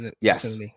yes